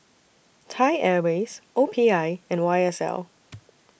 Thai Airways O P I and Y S L